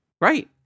Right